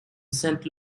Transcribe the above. saint